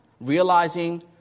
realizing